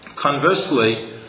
Conversely